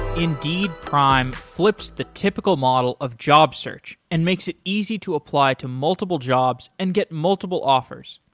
indeed prime flips the typical model of job search and makes it easy to apply to multiple jobs and get multiple offers.